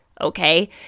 Okay